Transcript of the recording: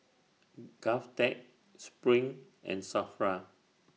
Govtech SPRING and SAFRA